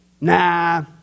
Nah